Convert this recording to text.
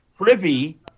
privy